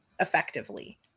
effectively